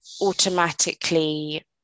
automatically